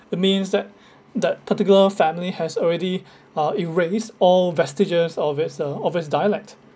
it means that that particular family has already uh erase all vestiges of its uh of its dialect